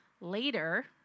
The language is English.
Later